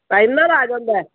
time ਨਾਲ ਆ ਜਾਂਦਾ